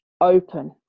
open